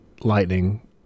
lightning